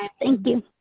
ah thank you.